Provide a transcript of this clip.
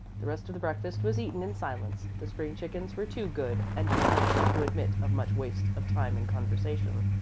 the rest of the breakfast was eaten in silence. the spring chickens were too good and too plentiful to admit of much waste of time in conversation.